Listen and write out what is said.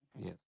Yes